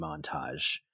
montage